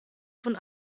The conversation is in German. von